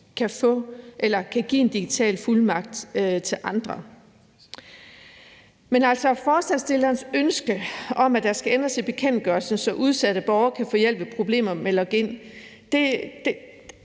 kan give en digital fuldmagt til andre. Men altså, forslagsstillerne har et ønske om, at der skal ændres i bekendtgørelsen, så udsatte borgere kan få hjælp ved problemer med login.